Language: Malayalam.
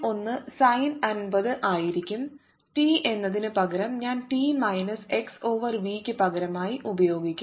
01 സൈൻ 50 ആയിരിക്കും ടി എന്നതിനുപകരം ഞാൻ ടി മൈനസ് എക്സ് ഓവർ വിക്ക് പകരമായി ഉപയോഗിക്കും